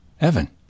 Evan